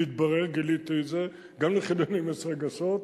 מתברר, גיליתי את זה, גם לחילונים יש רגשות,